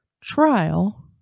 trial